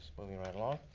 moving right along.